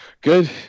Good